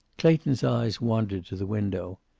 clayton's eyes wandered to the window.